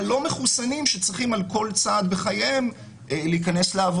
הלא מחוסנים שצריכים על כל צעד בחייהם להיבדק.